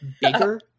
Bigger